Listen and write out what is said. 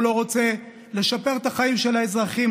הוא לא רוצה לשפר את החיים של האזרחים.